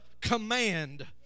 command